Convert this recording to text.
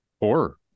horror